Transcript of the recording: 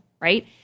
Right